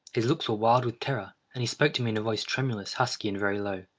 his looks were wild with terror, and he spoke to me in a voice tremulous, husky, and very low.